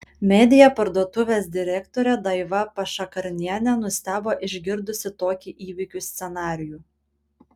media parduotuvės direktorė daiva pašakarnienė nustebo išgirdusi tokį įvykių scenarijų